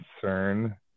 concern